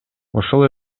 ошол